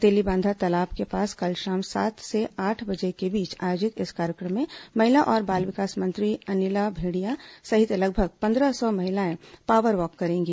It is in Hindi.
तेलीबांधा तालाब के पास कल शाम सात से आठ बजे के बीच आयोजित इस कार्यक्रम में महिला और बाल विकास मंत्री अनिला भेंडिया सहित लगभग पन्द्रह सौ महिलाएं पॉवर वॉक करेंगी